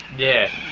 yeah.